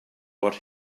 what